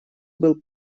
был